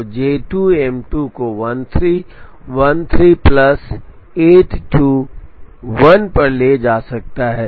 तो J2 M2 को 13 13 plus 82 1 पर ले जा सकता है